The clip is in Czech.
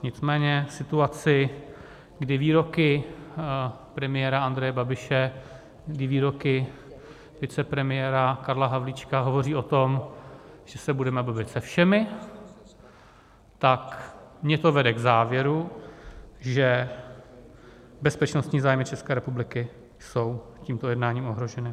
Nicméně v situaci, kdy výroky premiéra Andreje Babiše, kdy výroky vicepremiéra Karla Havlíčka hovoří o tom, že se budeme bavit se všemi, tak mě to vede k závěru, že bezpečnostní zájmy České republiky jsou tímto jednáním ohroženy.